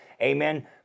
Amen